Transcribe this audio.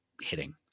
hitting